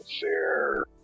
fair